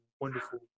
wonderful